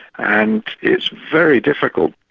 and it's very difficult,